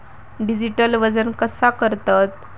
Digital वजन कसा करतत?